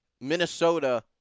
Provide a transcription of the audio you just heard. Minnesota